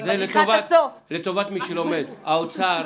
האוצר